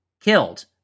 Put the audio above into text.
killed